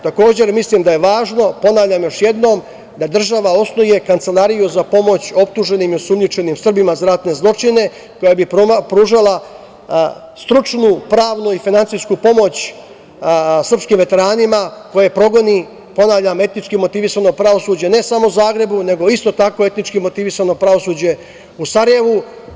Takođe, mislim da je važno, ponavljam još jednom, da država osnuje kancelariju za pomoć optuženima i osumnjičenim Srbima za ratne zločine koja bi pružala stručnu, pravnu i finansijsku pomoć srpskim veteranima koje progoni, ponavljam, etnički motivisano pravosuđe, ne samo u Zagrebu, nego isto tako etnički motivisano pravosuđe u Sarajevu.